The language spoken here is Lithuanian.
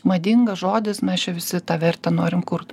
madingas žodis mes čia visi tą vertę norim kurt